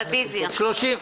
רוויזיה.